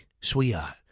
sweetheart